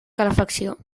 calefacció